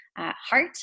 heart